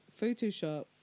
Photoshop